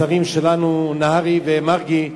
לשרים שלנו, נהרי ומרגי.